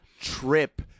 trip